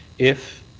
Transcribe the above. if